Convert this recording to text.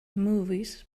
movies